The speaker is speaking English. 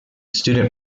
student